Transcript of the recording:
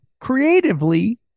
creatively